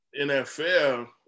NFL